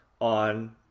on